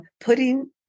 putting